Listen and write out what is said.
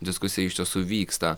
diskusija iš tiesų vyksta